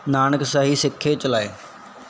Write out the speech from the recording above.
ਨਾਨਕਸ਼ਾਹੀ ਸਿੱਕੇ ਚਲਾਏ